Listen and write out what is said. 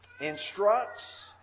instructs